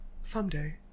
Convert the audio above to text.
someday